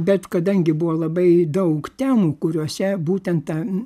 bet kadangi buvo labai daug temų kuriose būtent ta